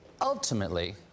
ultimately